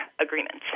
agreements